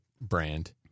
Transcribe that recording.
brand